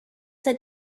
said